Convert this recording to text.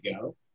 go